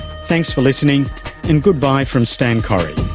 thanks for listening and goodbye from stan correy